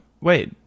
wait